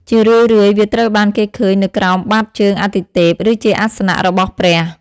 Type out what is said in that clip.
ជារឿយៗវាត្រូវបានគេឃើញនៅក្រោមបាតជើងអាទិទេព ឬជាអាសនៈរបស់ព្រះ។